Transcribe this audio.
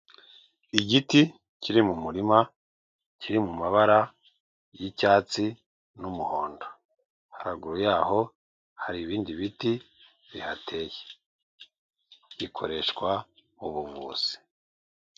Igiti kiri mu murima kiri mu mabara y'icyatsi n'umuhondo, haruguru yaho hari ibindi biti bihateye gikoreshwa mu ubuvuzi.